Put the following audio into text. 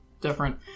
different